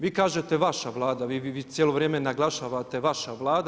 Vi kažete vaša Vlada, vi cijelo vrijeme naglašavate vaša Vlada.